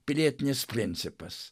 pilietinis principas